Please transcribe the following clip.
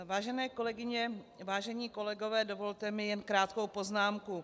Vážené kolegyně, vážení kolegové, dovolte mi jen krátkou poznámku.